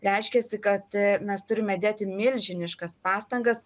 reiškiasi kad mes turime dėti milžiniškas pastangas